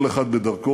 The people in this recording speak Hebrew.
כל אחד בדרכו,